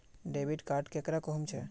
Debit card केकरा कहुम छे?